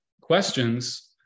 questions